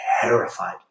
terrified